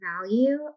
value